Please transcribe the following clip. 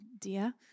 dear